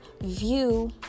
view